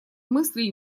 мысли